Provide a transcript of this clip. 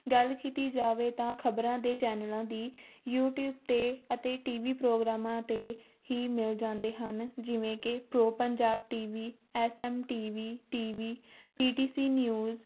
ਗੱਲ ਕੀਤੀ ਜਾਵੇ ਤਾਂ ਖ਼ਬਰਾਂ ਦੇ ਚੈਨਲਾਂ ਦੀ ਯੂਟੀਊਬ 'ਤੇ ਅਤੇ ਟੀ ਵੀ ਪ੍ਰੋਗਰਾਮਾਂ 'ਤੇ ਹੀ ਮਿਲ ਜਾਂਦੇ ਹਨ ਜਿਵੇਂ ਕਿ pro Punjab T V S M T V T V P T C news